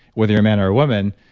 whether you're a man or a woman,